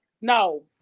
No